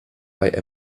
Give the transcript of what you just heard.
bei